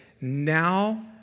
now